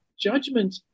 judgment